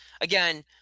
again